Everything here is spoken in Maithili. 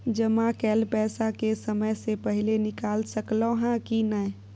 जमा कैल पैसा के समय से पहिले निकाल सकलौं ह की नय?